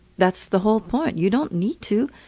that's the whole point. you don't need to.